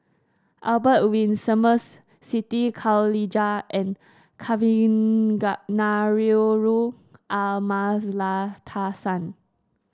Albert Winsemius Siti Khalijah and Kavignareru Amallathasan